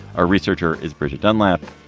a researcher is bridget dunlap.